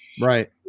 Right